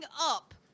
up